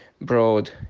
broad